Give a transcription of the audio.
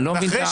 אני לא מבין.